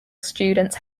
students